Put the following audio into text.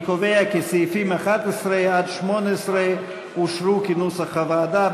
אני קובע כי סעיפים 11 18 אושרו כנוסח הוועדה,